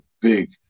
big